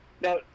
Now